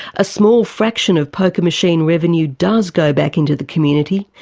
a small fraction of poker machine revenue does go back into the community,